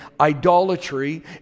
idolatry